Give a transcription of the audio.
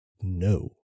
No